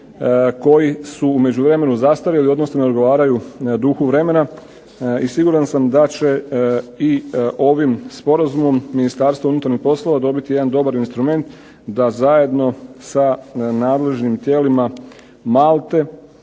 koji su u međuvremenu zastarjeli, odnosno ne odgovaraju duhu vremena i siguran sam da će i ovim sporazumom Ministarstvo unutarnjih poslova dobiti jedan dobar instrument da zajedno sa nadležnim tijelima Malte